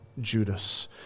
Judas